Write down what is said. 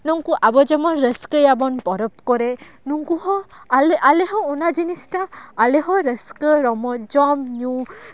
ᱱᱩᱝᱠᱩ ᱟᱵᱚ ᱡᱮᱢᱚᱱ ᱨᱟᱹᱥᱠᱟᱹᱭᱟᱵᱚᱱ ᱯᱚᱨᱚᱵᱽ ᱠᱚᱨᱮ ᱱᱩᱝᱠᱩ ᱦᱚᱸ ᱟᱞᱮ ᱟᱞᱮ ᱦᱚᱸ ᱚᱱᱟ ᱡᱤᱱᱤᱥᱴᱟ ᱟᱞᱮᱦᱚᱸ ᱨᱟᱹᱥᱠᱟᱹ ᱨᱚᱢᱚᱡᱽ ᱡᱚᱢ ᱧᱩ